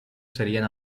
serían